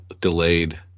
delayed